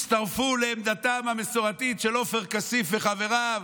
הצטרפו לעמדתם המסורתית של עופר כסיף וחבריו.